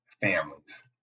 families